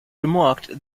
remarked